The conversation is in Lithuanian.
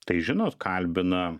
tai žinot kalbina